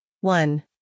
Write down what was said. One